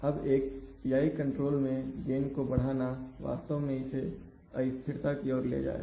अब एक PI control में गैन को बढ़ाना वास्तव में इसे अस्थिरता की ओर ले जाएगा